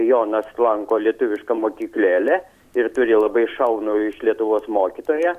jonas lanko lietuvišką mokyklėlę ir turi labai šaunų iš lietuvos mokytoją